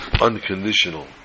unconditional